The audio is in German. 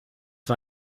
war